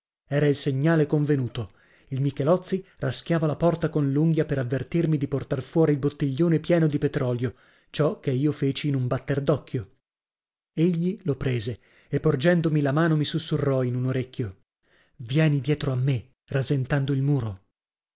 era il segnale convenuto il michelozzi raschiava la porta con l'unghia per avvertirmi di portar fuori il bottiglione pieno di petrolio ciò che io feci in un batter d'occhio egli lo prese e porgendomi la mano mi sussurrò in un orecchio vieni dietro a me rasentando il muro